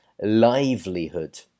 livelihood